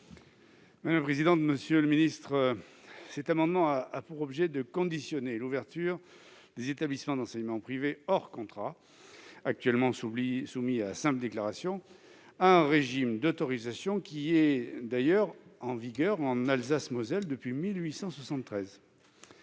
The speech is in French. l'amendement n° 107 rectifié. Cet amendement a pour objet de soumettre l'ouverture des établissements d'enseignement privés hors contrat, actuellement soumis à simple déclaration, à un régime d'autorisation d'ailleurs en vigueur en Alsace-Moselle depuis 1873.